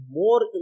more